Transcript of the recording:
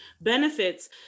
benefits